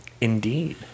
Indeed